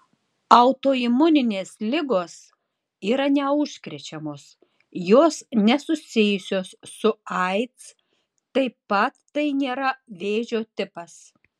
autoimuninės ligos yra neužkrečiamos jos nesusijusios su aids taip pat tai nėra vėžio tipas